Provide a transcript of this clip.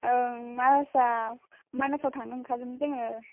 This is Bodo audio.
ओं मानासाव थांनो ओंखारगोन जोङो